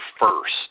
first